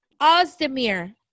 Ozdemir